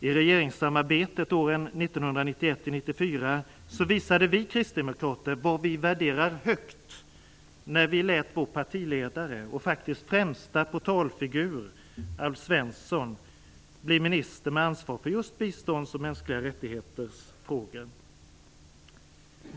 I regeringssamarbetet åren 1991-1994 visade vi kristdemokrater vad vi värderade högt när vi lät vår partiledare och faktiskt främsta portalfigur Alf Svensson bli minister med ansvar för just biståndsfrågor och frågor om mänskliga rättigheter.